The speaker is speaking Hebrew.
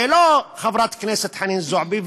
זה לא חברת הכנסת חנין זועבי,